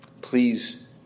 Please